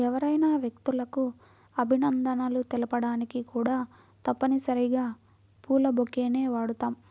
ఎవరైనా వ్యక్తులకు అభినందనలు తెలపడానికి కూడా తప్పనిసరిగా పూల బొకేని వాడుతాం